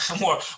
more